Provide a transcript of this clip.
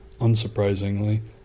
unsurprisingly